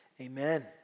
Amen